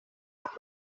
las